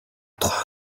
entre